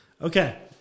Okay